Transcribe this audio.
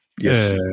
yes